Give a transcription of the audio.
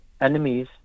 enemies